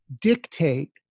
dictate